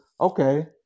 okay